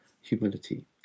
humility